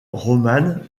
romanes